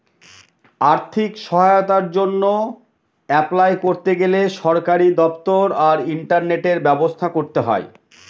আর্থিক সহায়তার জন্য অ্যাপলাই করতে গেলে সরকারি দপ্তর আর ইন্টারনেটের ব্যবস্থা করতে হয়